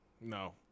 No